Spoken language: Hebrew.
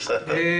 כאן.